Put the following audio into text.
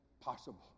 possible